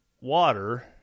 water